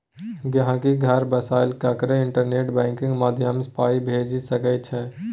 गांहिकी घर बैसल ककरो इंटरनेट बैंकिंग माध्यमसँ पाइ भेजि सकै छै